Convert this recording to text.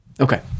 Okay